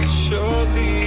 surely